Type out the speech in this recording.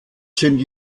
sind